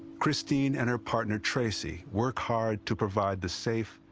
christine and her partner, tracy, work hard to provide the safe,